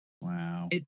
Wow